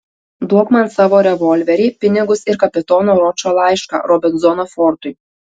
duok man savo revolverį pinigus ir kapitono ročo laišką robinzono fortui